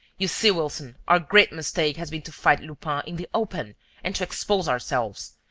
you see, wilson, our great mistake has been to fight lupin in the open and to expose ourselves,